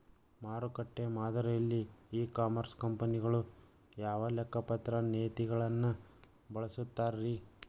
ಮಾರುಕಟ್ಟೆ ಮಾದರಿಯಲ್ಲಿ e commerce ಕಂಪನಿಗಳು ಯಾವ ಲೆಕ್ಕಪತ್ರ ನೇತಿಗಳನ್ನ ಬಳಸುತ್ತಾರಿ?